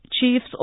Chiefs